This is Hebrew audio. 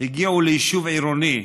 הגיעו ליישוב עירוני,